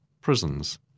prisons